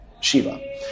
Shiva